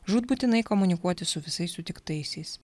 žūtbūtinai komunikuoti su visais sutiktaisiais